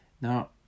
Now